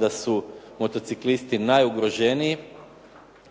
da su motociklisti najugroženiji